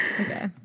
okay